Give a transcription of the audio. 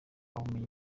ubumenyi